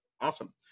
Awesome